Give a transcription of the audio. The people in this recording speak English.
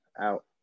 out